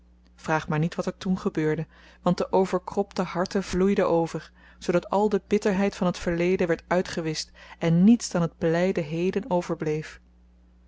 vraag maar niet wat er toen gebeurde want de overkropte harten vloeiden over zoodat al de bitterheid van het verleden werd uitgewischt en niets dan het blijde heden overbleef